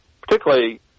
particularly